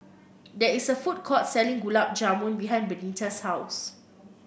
there is a food court selling Gulab Jamun behind Benita's house